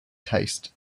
taste